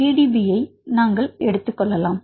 மாணவர் P D B PDB ஐ நீங்கள் எடுத்துக் கொள்ளலாம்